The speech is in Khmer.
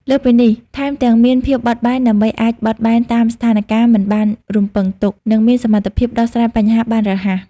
លើសពីនេះ ថែមទាំងមានភាពបត់បែន ដើម្បីអាចបត់បែនតាមស្ថានការណ៍មិនបានរំពឹងទុក និងមានសមត្ថភាពដោះស្រាយបញ្ហាបានរហ័ស។